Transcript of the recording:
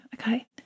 okay